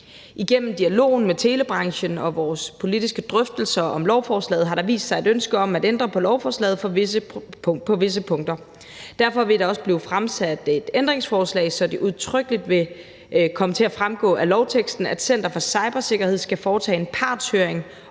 Igennem dialogen med telebranchen og vores politiske drøftelser om lovforslaget har der vist sig et ønske om at ændre lovforslaget på visse punkter. Derfor vil der også blive stillet et ændringsforslag, så det udtrykkeligt vil komme til at fremgå af lovteksten, at Center for Cybersikkerhed skal foretage en partshøring